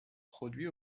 produit